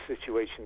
situation